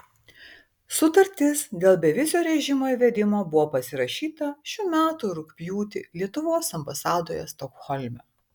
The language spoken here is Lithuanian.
sutartis dėl bevizio režimo įvedimo buvo pasirašyta šių metų rugpjūtį lietuvos ambasadoje stokholme